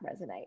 resonate